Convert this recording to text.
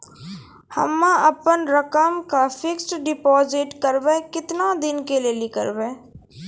हम्मे अपन रकम के फिक्स्ड डिपोजिट करबऽ केतना दिन के लिए करबऽ?